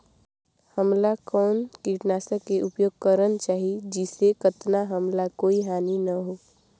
हमला कौन किटनाशक के उपयोग करन चाही जिसे कतना हमला कोई हानि न हो?